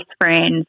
friends